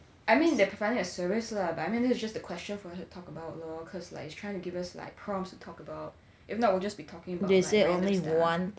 I mean they're providing a service lah but I mean this is just the question for us to talk about lor cause like it's trying to give us like prompts to talk about if not we'll just be talking like without understanding